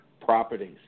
properties